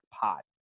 pot